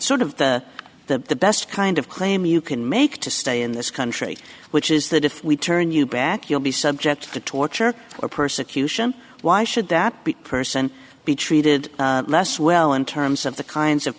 sort of that the best kind of claim you can make to stay in this country which is that if we turn you back you'll be subject to torture or persecution why should that be person be treated less well in terms of the kinds of